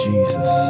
Jesus